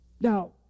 Now